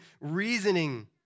reasoning